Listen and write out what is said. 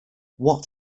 what